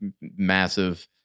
massive